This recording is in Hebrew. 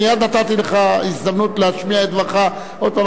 מייד נתתי לך הזדמנות להשמיע את דברך עוד פעם.